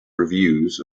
reviews